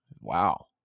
Wow